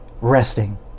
Resting